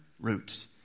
roots